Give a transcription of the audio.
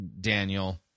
Daniel